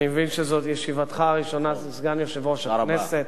אני מבין שזאת ישיבתך הראשונה כסגן יושב-ראש הכנסת.